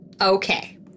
Okay